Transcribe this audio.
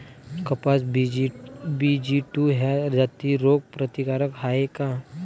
कपास BG two ह्या जाती रोग प्रतिकारक हाये का?